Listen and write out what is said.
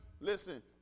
listen